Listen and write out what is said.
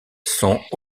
sont